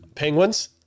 Penguins